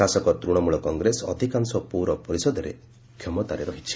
ଶାସକ ତୃଶମୂଳ କଂଗ୍ରେସ ଅଧିକାଂଶ ପୌର ପରିଷଦରେ କ୍ଷମତାରେ ରହିଛି